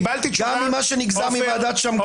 גם ממה שנגזר מוועדת שמגר.